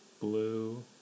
blue